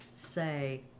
say